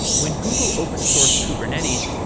when google open sourced kubernetes,